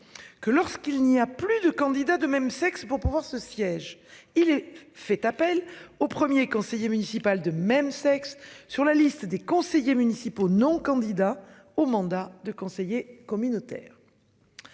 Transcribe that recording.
Que lorsqu'il n'y a plus de candidats de même sexe pour pouvoir ce siège, il est fait appel au 1er conseiller municipal de même sexe sur la liste des conseillers municipaux non candidat au mandat de conseiller communautaire.